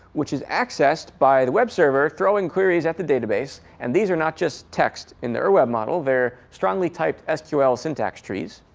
which is accessed by the web server throwing queries at the database. and these are not just text in the ur web model. they're strongly typed sql syntax trees.